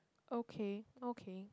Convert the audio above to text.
okay okay